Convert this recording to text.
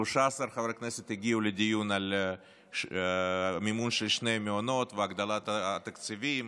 13 חברי כנסת הגיעו לדיון על מימון של שני מעונות והגדלת התקציבים